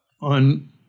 On